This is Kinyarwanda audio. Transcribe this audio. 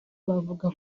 bavuga